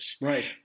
Right